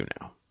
now